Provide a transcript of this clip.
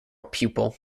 pupil